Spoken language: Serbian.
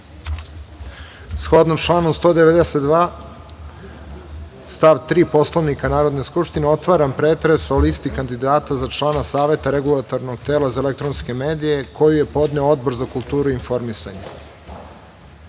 članu 192. stav 3. Poslovnika Narodne skupštine, otvaram pretres o listi kandidata za člana Saveta regulatornog tela za elektronske medije koju je podneo Odbor za kulturu i informisanje. Da